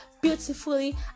beautifully